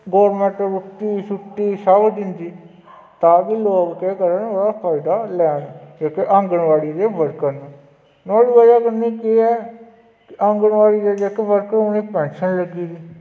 government रुट्टी शुट्टी सब दिंदी ताकि लोक केह् करन एह्दा फायदा लैन जेह्के आंगनबाड़ी दे वर्कर न नुहाड़ी बजह् कन्नै केह् ऐ कि आगनबाड़ी जेह्के वर्कर उ'नें ई पेंशन लग्गी दी